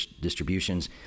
distributions